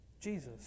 Jesus